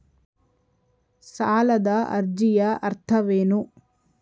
ಸಾಲದ ಅರ್ಜಿಯ ಅರ್ಥವೇನು?